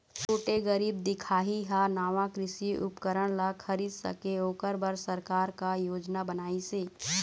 छोटे गरीब दिखाही हा नावा कृषि उपकरण ला खरीद सके ओकर बर सरकार का योजना बनाइसे?